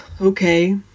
Okay